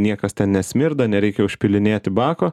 niekas ten nesmirda nereikia užpildinėti bako